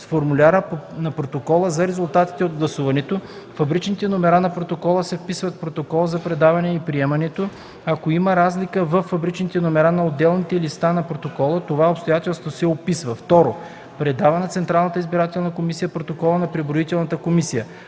с формуляри на протокола за резултатите от гласуването; фабричните номера на протокола се вписват в протокол за предаването и приемането; ако има разлика във фабричните номера на отделните листи на протокола, това обстоятелство се описва; 2. предава на Централната избирателна комисия